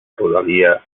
rodalia